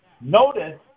notice